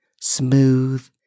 smooth